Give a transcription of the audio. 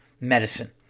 medicine